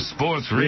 Sports